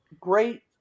great